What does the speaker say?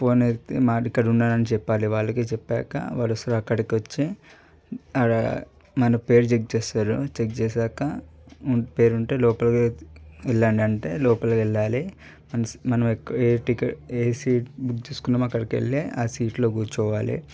ఫోనెత్తి మనం ఇక్కడున్నానని చెప్పాలి వాళ్ళకి చెప్పాక వాడొస్తాడు అక్కడికొచ్చి ఆడ మన పేరు చెక్ చేస్తారు చెక్ చేశాక పేరు ఉంటే లోపలకి వెళ్ళండి అంటే లోపలికెళ్ళాలి వన్స్ మనం ఎక్కు ఏ టికెట్ ఏ సీట్ బుక్ చేసుకున్నామో అక్కడికెళ్ళి ఆ సీట్లో కూర్చోవాలి